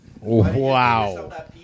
Wow